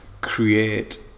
create